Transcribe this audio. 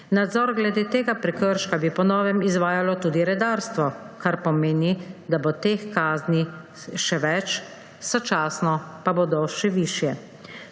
Nadzor glede tega prekrška bi po novem izvajalo tudi redarstvo, kar pomeni, da bo teh kazni še več, sočasno pa bodo še višje.